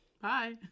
bye